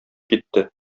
китте